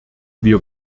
wir